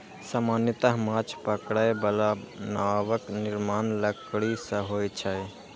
सामान्यतः माछ पकड़ै बला नावक निर्माण लकड़ी सं होइ छै